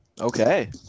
Okay